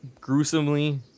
Gruesomely